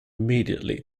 immediately